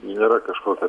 nėra kažkokia